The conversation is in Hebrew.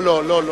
לא.